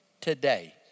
today